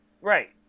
right